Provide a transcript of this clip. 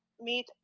meet